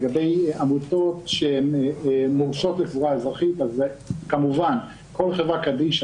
לגבי עמותות שמורשות לקבורה אזרחית כמובן כל חברה קדישא